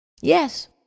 Yes